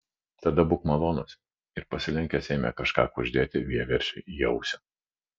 tada būk malonus ir pasilenkęs ėmė kažką kuždėti vieversiui į ausį